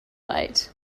late